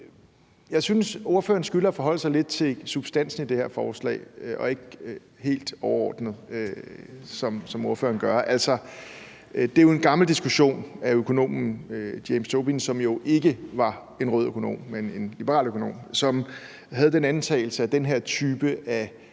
Jeg synes, ordføreren skylder at forholde sig lidt til substansen i det her forslag og ikke bare på et helt overordnet plan, som ordføreren gør. Det er jo en gammel diskussion af økonomen James Tobin, som ikke var en rød økonom, men en liberal økonomi, som havde den antagelse, at den her type af